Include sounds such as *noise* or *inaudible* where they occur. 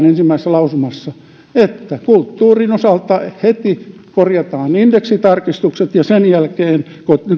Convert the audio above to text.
*unintelligible* ensimmäisessä lausumassa esitetään että kulttuurin osalta heti korjataan indeksitarkistukset ja sen jälkeen